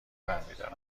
برمیدارد